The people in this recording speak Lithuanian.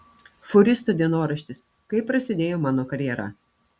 fūristo dienoraštis kaip prasidėjo mano karjera